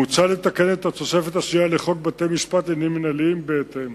מוצע לתקן את התוספת השנייה לחוק בתי-המשפט לעניינים מינהליים בהתאם.